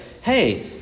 hey